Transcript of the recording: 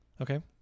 Okay